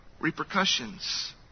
repercussions